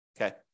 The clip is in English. okay